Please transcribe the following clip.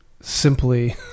simply